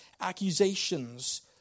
accusations